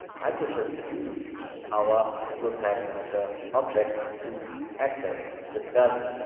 i could just use our google tag manager object to access this value.